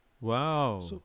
Wow